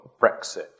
Brexit